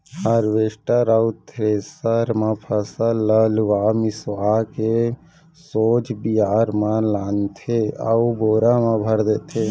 harvester अउ thresher म फसल ल लुवा मिसवा के सोझ बियारा म लानथे अउ बोरा म भर देथे